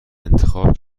انتخاب